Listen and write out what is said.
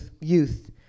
youth